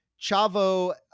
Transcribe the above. Chavo